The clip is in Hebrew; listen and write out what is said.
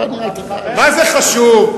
מה זה חשוב?